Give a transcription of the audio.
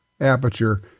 aperture